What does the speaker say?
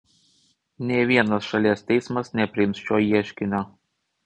nė vienas šalies teismas nepriims šio ieškinio